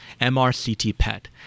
MRCT-PET